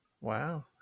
Wow